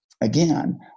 again